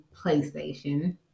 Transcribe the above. PlayStation